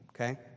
okay